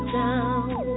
down